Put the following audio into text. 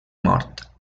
mort